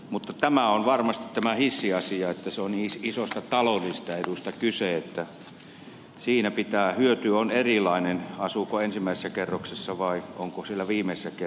mutta varmasti tässä hissiasiassa on niin isosta taloudellisesta edusta kyse että siinä hyöty on erilainen sen mukaan asuuko ensimmäisessä kerroksessa vai onko siellä viimeisessä kerroksessa